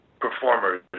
performers